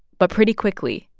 but pretty quickly,